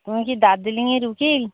তুমি কি দার্জিলিংয়ের উকিল